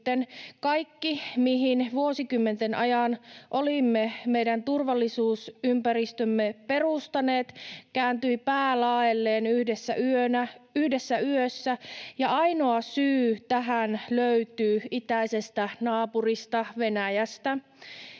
Kaikki, mihin vuosikymmenten ajan olimme meidän turvallisuusympäristömme perustaneet, kääntyi päälaelleen yhdessä yössä, ja ainoa syy tähän löytyy itäisestä naapurista, Venäjästä.